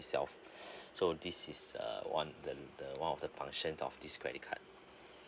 itself so this is uh one the the one of the functions of this credit card